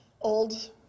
old